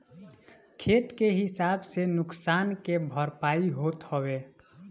खेत के हिसाब से नुकसान के भरपाई होत हवे